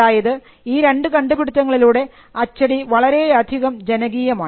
അതായത് ഈ രണ്ടു കണ്ടുപിടിത്തങ്ങളിലൂടെ അച്ചടി വളരെയധികം ജനകീയമായി